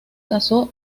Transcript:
casó